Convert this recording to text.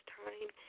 time